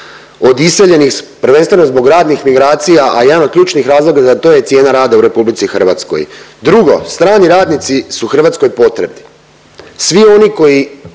od iseljenih, prvenstveno zbog radnih migracija, a jedan od ključnih razloga za to je cijena rada u RH. Drugo, strani radnici su Hrvatskoj potrebni. Svi oni koji